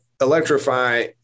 electrify